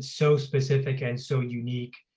so specific and so unique.